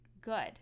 good